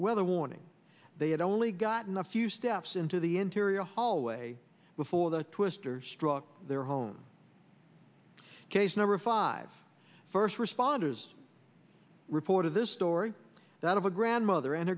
weather warning they had only gotten a few steps into the interior hallway before the twister struck their home case number five first responders reported this story that of a grandmother and